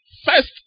First